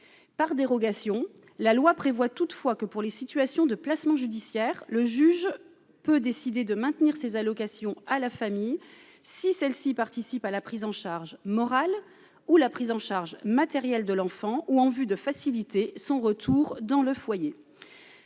par dérogation, la loi prévoit toutefois que pour les situations de placement judiciaire, le juge peut décider de maintenir ses allocations à la famille si celle-ci participent à la prise en charge morale ou la prise en charge matérielle de l'enfant ou en vue de faciliter son retour dans le foyer,